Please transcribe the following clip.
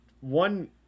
one